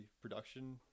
production